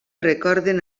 recorden